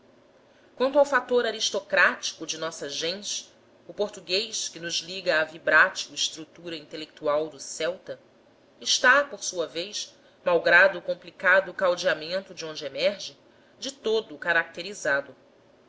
fator aristocrático de nossa gens o português que nos liga à vibrátil estrutura intelectual do celta está por sua vez malgrado o complicado caldeamento de onde emerge de todo caracterizado